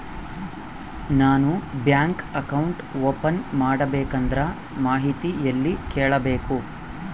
ನಾನು bank account open ಮಾಡಬೇಕಂದ್ರ ಮಾಹಿತಿ ಎಲ್ಲಿ ಕೇಳಬೇಕು?